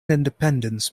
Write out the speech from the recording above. independence